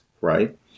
right